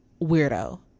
weirdo